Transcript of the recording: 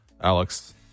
alex